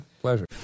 Pleasure